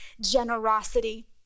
generosity